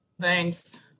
Thanks